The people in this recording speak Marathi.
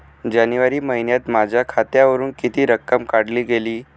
जानेवारी महिन्यात माझ्या खात्यावरुन किती रक्कम काढली गेली?